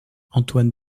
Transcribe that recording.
antoine